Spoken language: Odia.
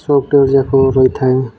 ସଫ୍ଟୱେର୍ଯାକ ରହିଥାଏ